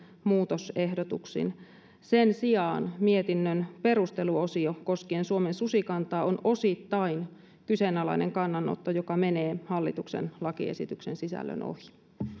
muutosehdotuksin sen sijaan mietinnön perusteluosio koskien suomen susikantaa on osittain kyseenalainen kannanotto joka menee hallituksen lakiesityksen sisällön ohi